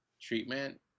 treatment